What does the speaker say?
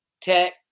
tech